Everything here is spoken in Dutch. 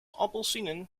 appelsienen